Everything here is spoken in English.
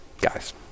guys